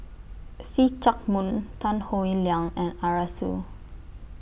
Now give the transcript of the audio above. See Chak Mun Tan Howe Liang and Arasu